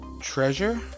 Treasure